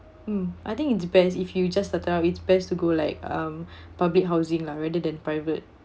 um I think it's best if you just start out it's best to go like um public housing lah rather than private